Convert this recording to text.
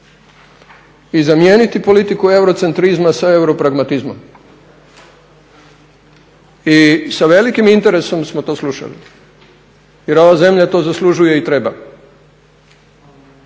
i zamijeniti politiku eurocentrizma sa europragmatizmom i sa velikim interesom smo to slušali jer ova zemlja to zaslužuje i treba.